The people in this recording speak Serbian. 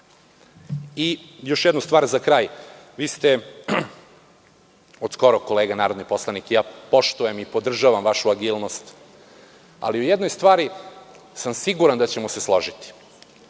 znam. Još jednu stvar za kraj. Vi ste od skoro kolega narodni poslanik. Poštujem i podržavam vašu agilnost, ali u jednoj stvari sam siguran da ćemo se složiti.